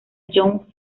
young